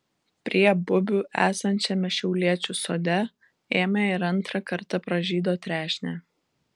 prie bubių esančiame šiauliečių sode ėmė ir antrą kartą pražydo trešnė